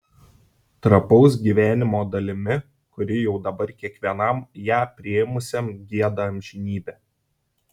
trapaus gyvenimo dalimi kuri jau dabar kiekvienam ją priėmusiam gieda amžinybę